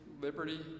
liberty